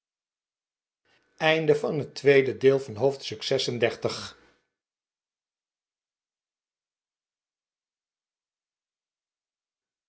het noorden van het